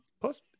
Plus